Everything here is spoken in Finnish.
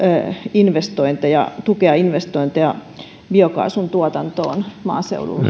investointeja tukea investointeja biokaasun tuotantoon maaseudulla